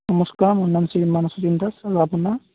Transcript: নমস্কাৰ মোৰ নাম শ্ৰী মানস প্ৰতীম দাস আৰু আপোনাৰ